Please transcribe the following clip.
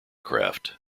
craft